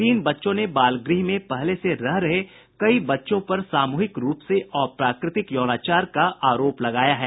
तीन बच्चों ने बाल गृह में पहले से रह रहे कई बच्चों पर सामूहिक रूप से अप्राकृतिक यौनाचार का आरोप लगाया है